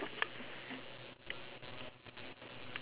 words act~ words